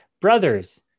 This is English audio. Brothers